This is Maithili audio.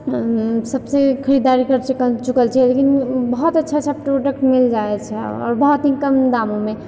सबसँ खरीददारी करि चुकल चुकल छिऐ लेकिन बहुत अच्छा अच्छा प्रोडक्ट मिल जाए छै आओर बहुत ही कम दाममे